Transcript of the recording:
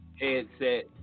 headset